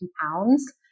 pounds